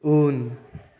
उन